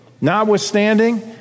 Notwithstanding